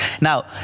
Now